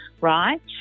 right